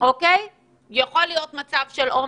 יכול להיות עומס,